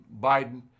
biden